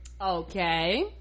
okay